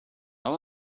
how